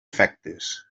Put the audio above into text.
efectes